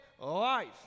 life